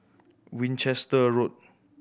Winchester Road